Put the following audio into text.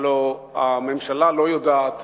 הלוא הממשלה לא יודעת